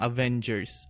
Avengers